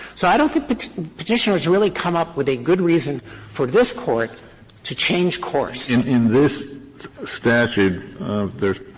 so i don't think but petitioner has really come up with a good reason for this court to change course. kennedy in this statute there